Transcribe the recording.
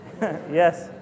Yes